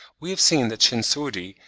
we have seen that chinsurdi,